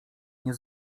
nie